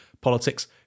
politics